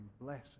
blessing